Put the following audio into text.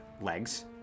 legs